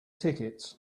tickets